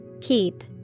Keep